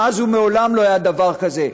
מאז ומעולם לא היה דבר כזה,